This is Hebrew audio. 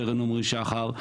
סרן עמרי שחר.